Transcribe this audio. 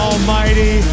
Almighty